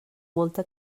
molta